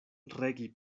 regi